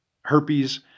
herpes